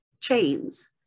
chains